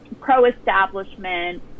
pro-establishment